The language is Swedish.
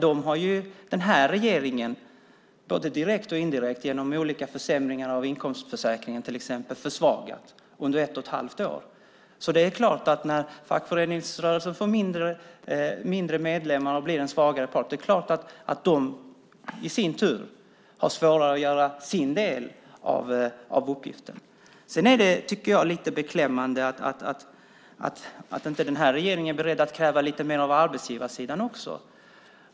Den nuvarande regeringen har dock, både direkt och indirekt, genom olika försämringar, till exempel av inkomstförsäkringen, under ett och ett halvt år försvagat den. När fackföreningsrörelsen får färre medlemmar och blir en svagare part har den naturligtvis svårare att göra sin del av uppgiften. Jag tycker att det känns lite beklämmande att regeringen inte är beredd att kräva mer också av arbetsgivarsidan.